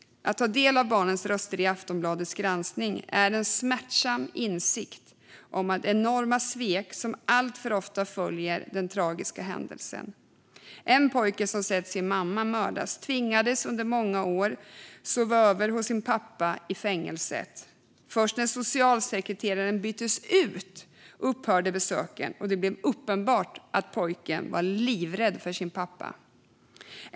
Att ta del av barnens röster i Aftonbladets granskning ger en smärtsam insikt om det enorma svek som alltför ofta följer på den tragiska händelsen. En pojke som sett sin mamma mördas tvingades under många år att sova över hos sin pappa i fängelset. Först när socialsekreteraren byttes ut upphörde besöken, och det blev uppenbart att pojken var livrädd för sin pappa.